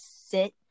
sit